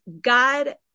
God